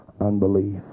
unbelief